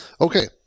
Okay